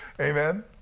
Amen